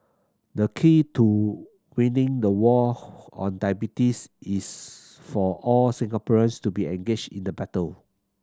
the key to winning the war on diabetes is for all Singaporeans to be engaged in the battle